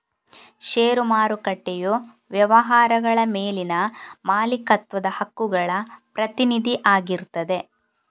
ಷೇರು ಮಾರುಕಟ್ಟೆಯು ವ್ಯವಹಾರಗಳ ಮೇಲಿನ ಮಾಲೀಕತ್ವದ ಹಕ್ಕುಗಳ ಪ್ರತಿನಿಧಿ ಆಗಿರ್ತದೆ